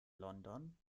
london